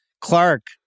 Clark